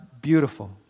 Beautiful